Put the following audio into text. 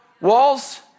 walls